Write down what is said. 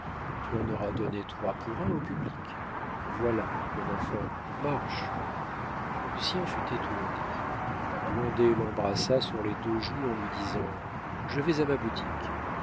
tu en auras donné trois pour un au public voilà mon enfant marche lucien fut étourdi blondet l'embrassa sur les deux joues en lui disant je vais à ma boutique